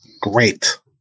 great